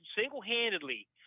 single-handedly